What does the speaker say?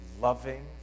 loving